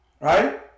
right